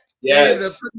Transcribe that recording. Yes